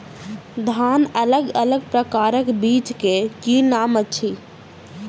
धान अलग अलग प्रकारक बीज केँ की नाम अछि?